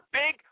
big